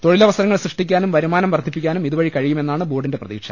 തൊഴിലവസരങ്ങൾ സൃഷ്ടി ക്കാനും വരുമാനം വർധിപ്പിക്കാനും ഇതുവഴി കഴിയുമെന്നാണ് ബോർഡിന്റെ പ്രതീക്ഷ